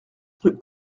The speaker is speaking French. rue